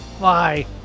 Bye